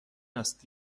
است